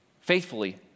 faithfully